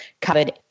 covered